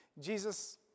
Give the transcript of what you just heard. Jesus